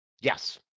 Yes